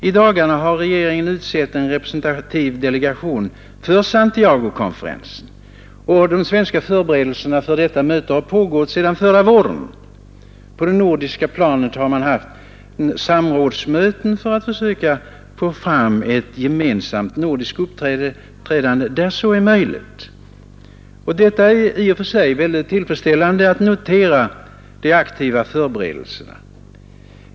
I dagarna har regeringen utsett en representativ delegation för Santiagokonferensen, och de svenska förberedelserna för detta möte har pågått sedan förra våren. På det nordiska planet har man hållit samrådsmöten för att försöka få fram ett gemensamt nordiskt uppträdande där så är möjligt. Det är i och för sig mycket tillfredsställande att notera dessa aktiva förberedelser.